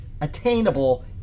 attainable